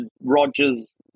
Rogers